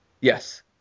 Yes